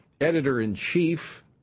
editor-in-chief